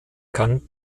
kann